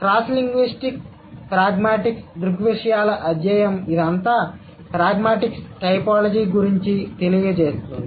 cross linguistic pragmatics దృగ్విషయాల అధ్యాయం ఇదంతా ప్రాగ్మాటిక్స్ టైపోలాజీ గురించి తెలియజేస్తుంది